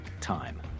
time